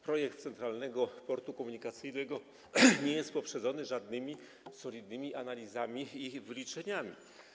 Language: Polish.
Projekt Centralnego Portu Komunikacyjnego nie jest poprzedzony żadnymi solidnymi analizami i wyliczeniami.